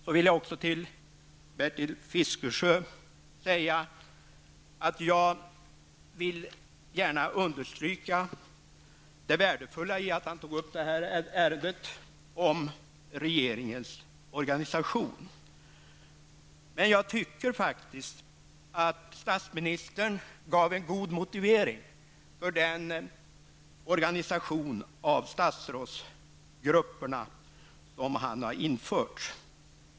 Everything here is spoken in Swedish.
Jag vill till Bertil Fiskesjö säga att jag gärna understryker det värdefulla i att han tog upp ärendet om regeringens organisation, men jag tycker faktiskt att statsministern gav en god motivering för den organisation av statsrådsgrupperna som han har infört.